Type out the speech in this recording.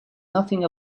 nothing